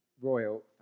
royal